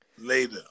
later